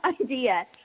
idea